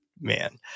Man